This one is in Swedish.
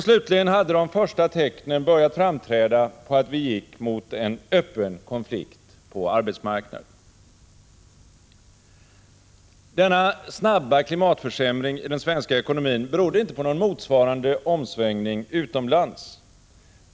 Slutligen hade de första tecknen börjat framträda på att vi gick mot en öppen konflikt på arbetsmarknaden. Denna snabba klimatförsämring i den svenska ekonomin berodde inte på någon motsvarande omsvängning utomlands.